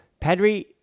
Pedri